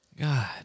God